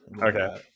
Okay